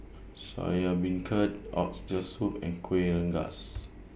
Soya Beancurd Oxtail Soup and Kueh Rengas